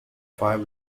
five